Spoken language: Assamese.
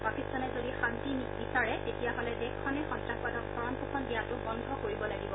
পাকিস্তানে যদি শাস্তি বিচাৰে তেতিয়াহলে দেশখনে সন্নাসবাদক ভৰণ পোষণ দিয়াটো বন্ধ কৰিব লাগিব